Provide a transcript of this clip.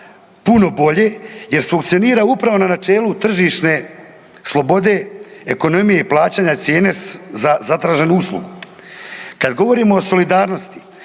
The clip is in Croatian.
puno bolje, jer funkcionira upravo na načelu tržišne slobode, ekonomije i plaćanja cijene za zatraženu uslugu. Kada govorimo u solidarnosti